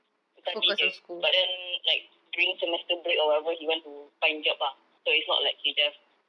study jer but then like during semester break or whatever he want to find job ah so it's not like he just